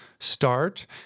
start